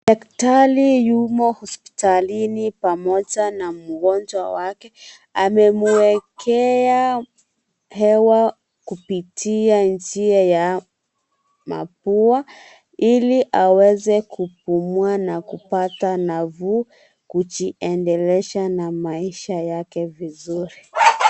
Daktari yumo hospital pamoja na mgonjwa wake. Amemuwekea hewa kupitia njia ya mapua ili aweze kupumua na kupata nafuu kujiendelesha na maisha yake vizuri.